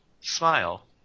smile